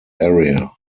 area